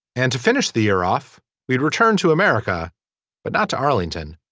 and to finish the year off we'd return to america but not to arlington.